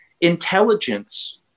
intelligence